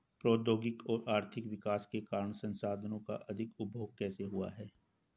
प्रौद्योगिक और आर्थिक विकास के कारण संसाधानों का अधिक उपभोग कैसे हुआ है?